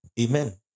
amen